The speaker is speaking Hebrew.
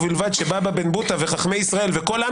ובלבד שבבא בן בוטא וחכמי ישראל וכל עם